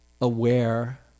aware